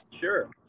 Sure